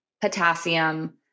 potassium